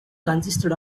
consisted